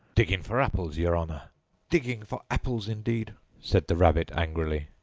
digging for apples, yer honour digging for apples, indeed said the rabbit angrily.